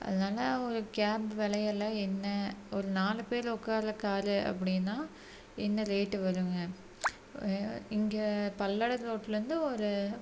அதனால ஒரு கேப் விலையெல்லாம் என்ன ஒரு நாலு பேர் உட்கார்ற காரு அப்படின்னா என்ன ரேட்டு வருமுங்க இங்க பல்லடத்து ரோடில் இருந்து ஒரு